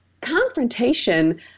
confrontation